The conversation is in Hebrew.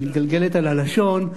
היא מתגלגלת על הלשון.